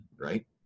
right